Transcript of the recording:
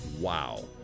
Wow